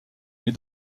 mais